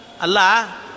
Allah